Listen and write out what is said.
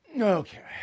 Okay